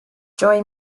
joi